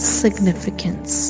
significance